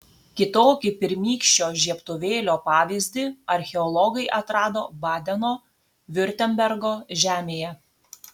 kitokį pirmykščio žiebtuvėlio pavyzdį archeologai atrado badeno viurtembergo žemėje